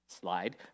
Slide